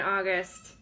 August